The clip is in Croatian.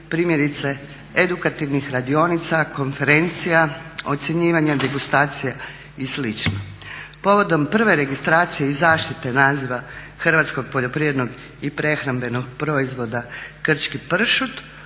primjerice edukativnih radionica, konferencija, ocjenjivanja, degustacije i slično. Povodom prve registracije i zaštite naziva hrvatskog poljoprivrednog i prehrambenog proizvoda krčki pršut